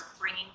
bringing